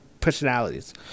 personalities